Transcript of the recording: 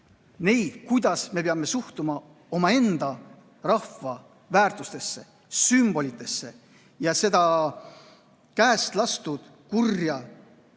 kuidas me suhtume omaenda rahva väärtustesse, sümbolitesse. Ja seda käest lastud kurja